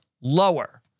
lower